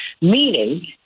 meaning